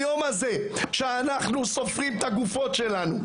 היום הזה שאנחנו סופרים את הגופות שלנו,